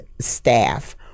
staff